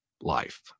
life